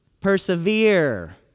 Persevere